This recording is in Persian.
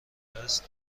است